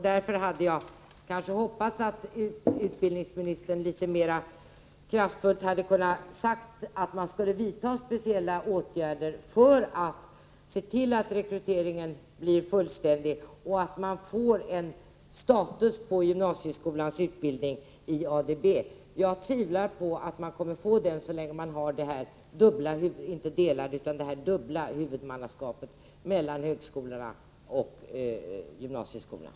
Därför hade jag hoppats att utbildningsministern litet mera kraftfullt skulle säga att man skulle vidta speciella åtgärder för att se till att rekryteringen blir fullständig och för att se till att gymnasieskolans utbildning i ADB får status. Jag tvivlar på att den kommer att få det så länge man har detta — inte delade utan dubbla huvudmannaskap; jag tänker då på högskolorna och gymnasieskolorna.